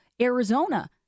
Arizona